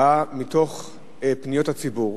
היא באה מתוך פניות הציבור,